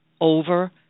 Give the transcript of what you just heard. over